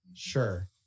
Sure